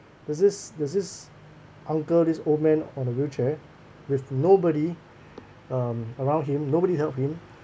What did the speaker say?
there's this there's this uncle this old man on a wheelchair with nobody um around him nobody helped him